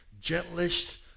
gentlest